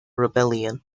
rebellion